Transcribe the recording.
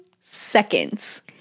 seconds